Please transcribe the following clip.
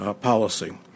policy